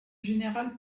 général